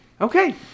Okay